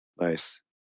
Nice